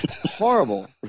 horrible